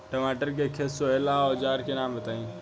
टमाटर के खेत सोहेला औजर के नाम बताई?